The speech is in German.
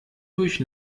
durch